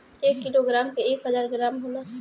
एक किलोग्राम में एक हजार ग्राम होला